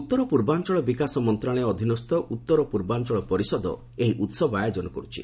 ଉତ୍ତର ପୂର୍ବାଞ୍ଚଳ ବିକାଶ ମନ୍ତ୍ରଣାଳୟ ଅଧୀନସ୍ଥ ଉତ୍ତର ପୂର୍ବାଞ୍ଚଳ ପରିଷଦ ଏହି ଉହବ ଆୟୋଜନ କର୍ୁଛି